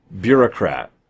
bureaucrat